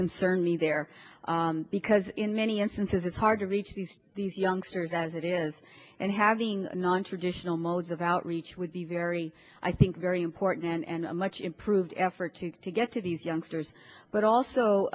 concern me there because in many instances it's hard to reach these these youngsters as it is and having nontraditional modes of outreach would be very i think very important and a much improved effort to to get to these youngsters but also